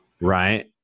Right